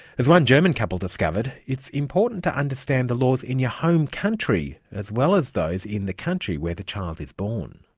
as one german couple discovered, it's important to understand the laws in your home country as well as those in the country where the child is born.